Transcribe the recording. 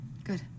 Good